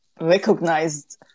recognized